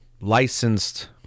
licensed